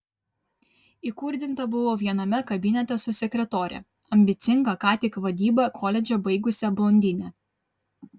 įkurdinta buvau viename kabinete su sekretore ambicinga ką tik vadybą koledže baigusia blondine